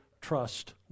trust